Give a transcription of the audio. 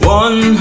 one